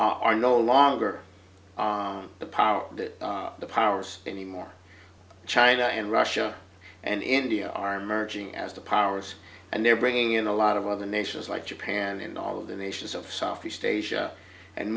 are no longer the power that the powers anymore china and russia and india are emerging as the powers and they're bringing in a lot of other nations like japan and all of the nations of softly station and